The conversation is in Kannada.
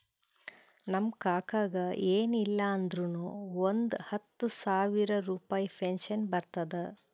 ನಮ್ ಕಾಕಾಗ ಎನ್ ಇಲ್ಲ ಅಂದುರ್ನು ಒಂದ್ ಹತ್ತ ಸಾವಿರ ರುಪಾಯಿ ಪೆನ್ಷನ್ ಬರ್ತುದ್